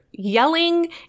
yelling